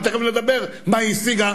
אבל תיכף נדבר על מה היא השיגה,